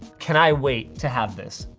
can i wait to have this?